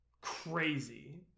crazy